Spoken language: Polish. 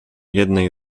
jednej